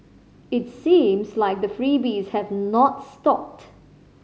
it seems like the freebies have not stopped